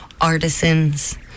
Artisans